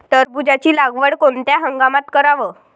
टरबूजाची लागवड कोनत्या हंगामात कराव?